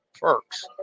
perks